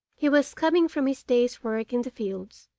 he was coming from his day's work in the fields,